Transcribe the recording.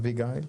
אביגל?